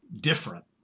different